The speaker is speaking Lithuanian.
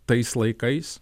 tais laikais